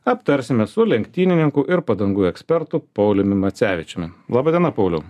aptarsime su lenktynininku ir padangų ekspertu pauliumi macevičiumi laba diena pauliau